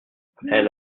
elle